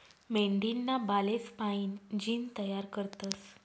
मेंढीना बालेस्पाईन जीन तयार करतस